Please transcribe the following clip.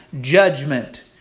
judgment